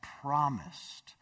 promised